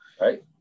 Right